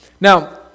Now